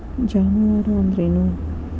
ಜಾನುವಾರು ಅಂದ್ರೇನು?